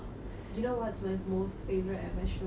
you know what's my most favourite ever show